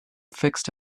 fixed